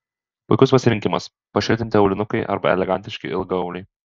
puikus pasirinkimas pašiltinti aulinukai arba elegantiški ilgaauliai